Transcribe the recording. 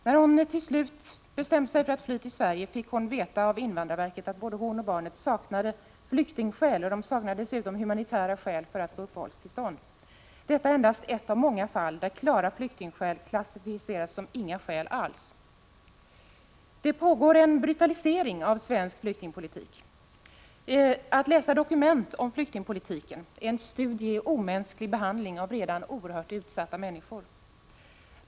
När hon till slut bestämt sig för att fly till Sverige fick hon av invandrarverket veta att både hon och barnet saknade flyktingskäl och dessutom saknade humanitära skäl för att få uppehållstillstånd. Detta är endast ett av många fall, där klara flyktingskäl klassificeras som inga skäl alls. Det pågår en brutalisering av svensk flyktingpolitik. Att läsa dokument om flyktingpolitiken är en studie i omänsklig behandling av redan oerhört utsatta människor.